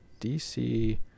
DC